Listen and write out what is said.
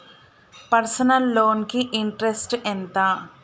Personal loan కి interest ఎంత?